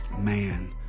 Man